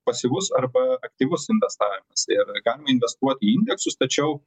pasyvus arba aktyvus investavimas ir kam investuot į indeksus tačiau